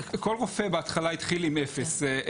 כל רופא בהתחלה התחיל עם אפס.